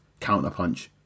counterpunch